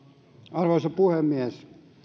arvoisa puhemies